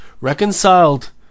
reconciled